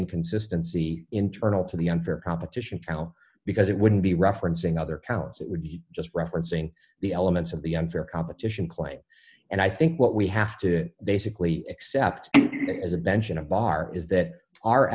inconsistency internal to the unfair competition trial because it wouldn't be referencing other counts it would be just referencing the elements of the unfair competition claim and i think what we have to basically except as a bench in a bar is that our